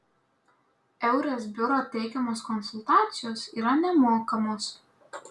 eures biuro teikiamos konsultacijos yra nemokamos